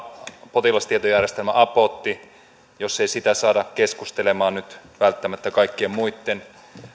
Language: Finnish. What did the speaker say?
potilastietojärjestelmä apottia ei saada keskustelemaan nyt välttämättä kaikkien muitten